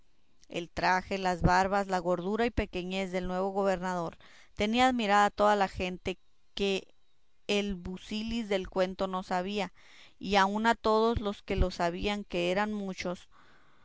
el traje las barbas la gordura y pequeñez del nuevo gobernador tenía admirada a toda la gente que el busilis del cuento no sabía y aun a todos los que lo sabían que eran muchos